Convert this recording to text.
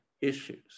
issues